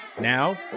Now